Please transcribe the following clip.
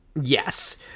yes